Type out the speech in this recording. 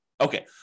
Okay